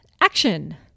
action